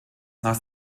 nach